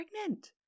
pregnant